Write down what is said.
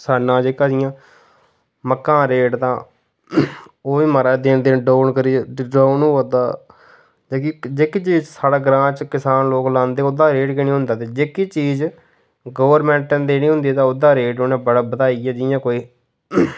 साढ़ा नाज जेह्का जियां मक्कां दा रेट दा ओह् बी महाराज दिनोदिन डाउन करै डाउन होआ दा जेह्की चीज साढ़े ग्रांऽ च किसान लोक लांदे ओह्दा रेट गै नेईं होंदा जेह्की चीज गवर्नमेंट ने देनी होंदी तां ओह्दा रेट उनें बड़ा बधाइयै जियां कोई